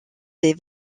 des